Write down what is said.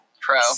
pro